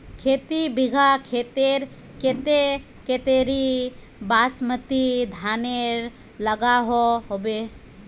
खेती बिगहा खेतेर केते कतेरी बासमती धानेर लागोहो होबे?